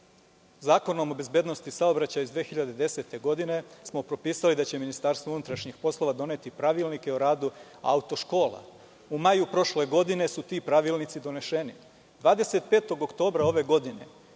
Zakonom o bezbednosti saobraćaja iz 2010. godine smo propisali da će Ministarstvo unutrašnjih poslova doneti pravilnike o radu auto škola. U maju prošle godine su ti pravilnici donešeni. Dana 25. oktobra ove godine,